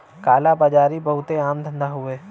काला बाजारी बहुते आम धंधा हउवे